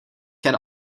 can